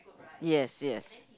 yes yes